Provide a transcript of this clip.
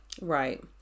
Right